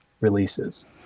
releases